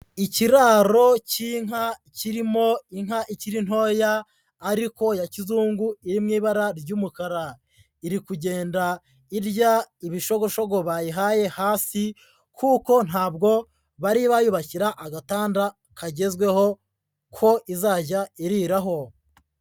Ikiraro cy'inka kirimo inka ikiri ntoya ariko ya kizungu iri mu ibara ry'umukara. Iri kugenda irya ibishogoshogo bayihaye hasi kuko ntabwo bari bayubakira agatanda kagezweho ko izajya iriraho.